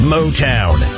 Motown